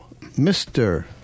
Mr